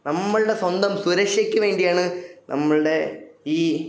നമ്മളുടെ സ്വന്തം സുരക്ഷയ്ക്കുവേണ്ടിയാണ് നമ്മളുടെ ഈ